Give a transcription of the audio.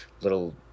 little